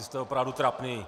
Jste opravdu trapný.